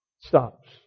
stops